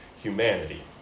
humanity